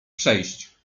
przejść